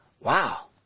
Wow